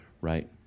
right